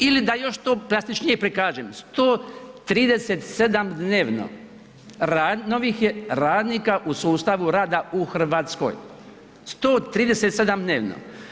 Ili da još to plastičnije prikažem 137 dnevno novih je radnika u sustavu rada u Hrvatskoj, 137 dnevno.